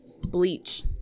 bleach